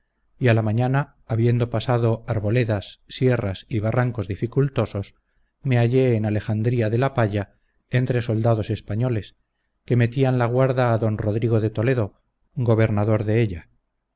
a la mañana habiendo pasado arboledas sierras y barrancos dificultosos me hallé en alejandría de la palla entre soldados españoles que metían la guarda a don rodrigo de toledo gobernador de ella